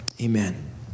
Amen